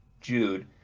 Jude